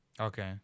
okay